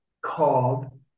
called